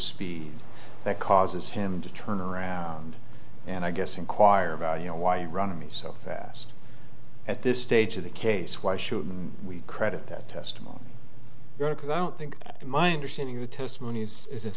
speed that causes him to turn around and i guess inquire about you know why running me so fast at this stage of the case why should we credit that testimony because i don't think that my understanding of the testimonies is